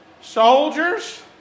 soldiers